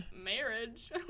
marriage